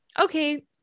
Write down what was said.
okay